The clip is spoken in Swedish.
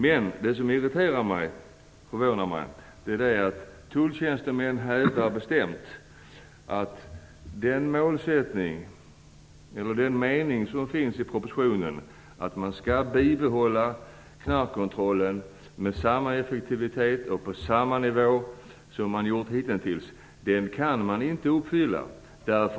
Men det som förvånar och irriterar mig är att tulltjänstemän bestämt hävdar att den mening som finns i propositionen att man skall bibehålla knarkkontrollen med samma effektivitet och på samma nivå som hittills inte kan uppfyllas.